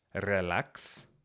relax